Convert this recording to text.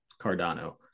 Cardano